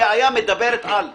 הבעיה מדברת על ילדים,